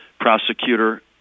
prosecutor